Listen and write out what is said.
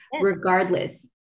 regardless